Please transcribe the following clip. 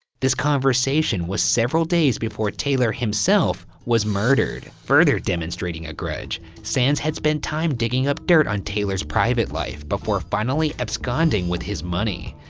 this conversation was several days before taylor himself was murdered, further demonstrating a grudge. sands had spent time digging up dirt on taylor's private life before finally absconding with his money.